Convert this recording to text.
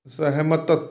ਅਸਹਿਮਤ